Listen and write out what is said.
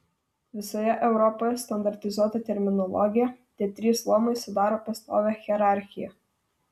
visoje europoje standartizuota terminologija tie trys luomai sudaro pastovią hierarchiją